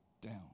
down